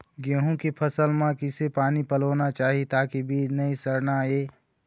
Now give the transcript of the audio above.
गेहूं के फसल म किसे पानी पलोना चाही ताकि बीज नई सड़ना ये?